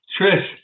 Trish